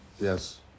Yes